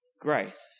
grace